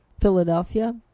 Philadelphia